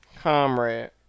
Comrade